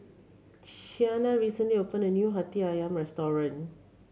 Qiana recently opened a new Hati Ayam restaurant